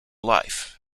life